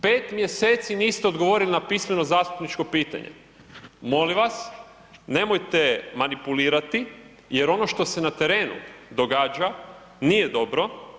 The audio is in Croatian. Pet mjeseci niste odgovorili na pismeno zastupničko pitanje, molim vas nemojte manipulirati jer ono što se na terenu događa nije dobro.